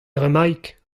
bremaik